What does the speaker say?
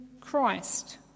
Christ